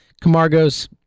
Camargo's